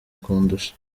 kundusha